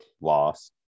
Lost